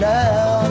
now